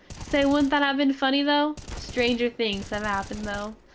say woodnt that have been funny though! stranger things have happined though.